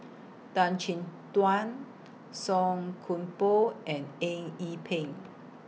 Tan Chin Tuan Song Koon Poh and Eng Yee Peng